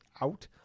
out